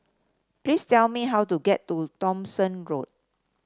please tell me how to get to Thomson Road